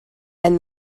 and